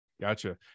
gotcha